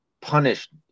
punished